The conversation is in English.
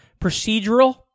Procedural